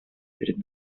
перед